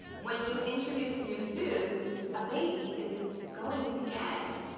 when you introduce new foods a baby is going to gag.